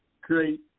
great